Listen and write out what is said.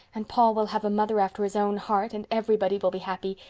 and paul will have a mother after his own heart and everybody will be happy.